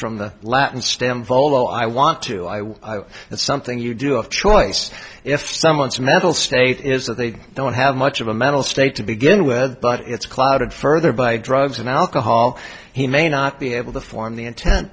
from the latin stamboul oh i want to i it's something you do of choice if someone's mental state is that they don't have much of a mental state to begin with but it's clouded further by drugs and alcohol he may not be able to form the intent